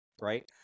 Right